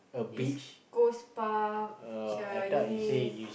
East-Coast-Park Changi